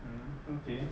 mmhmm okay